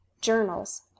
Journals